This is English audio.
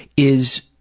is,